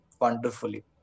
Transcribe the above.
wonderfully